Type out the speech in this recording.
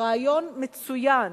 הרעיון מצוין,